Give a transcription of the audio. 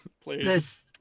please